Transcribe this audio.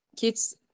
Kids